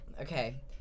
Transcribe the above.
Okay